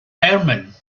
herman